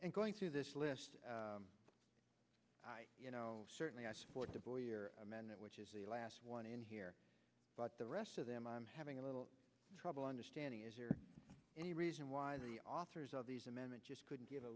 and going through this list you know certainly i support the boy or amendment which is the last one in here but the rest of them i'm having a little trouble understanding is there any reason why the authors of these amendments just couldn't g